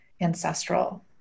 ancestral